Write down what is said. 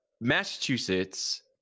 Massachusetts